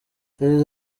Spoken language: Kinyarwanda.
yagize